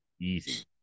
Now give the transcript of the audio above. easy